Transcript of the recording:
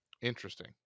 Interesting